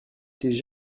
étaient